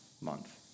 month